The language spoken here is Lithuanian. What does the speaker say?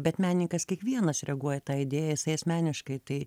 bet meninkas kiekvienas reaguoja į tą idėją jisai asmeniškai į tai